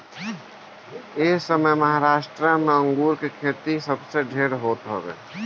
एसमय महाराष्ट्र में अंगूर के खेती सबसे ढेर होत हवे